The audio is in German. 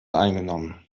eingenommen